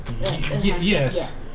Yes